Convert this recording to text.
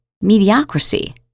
mediocrity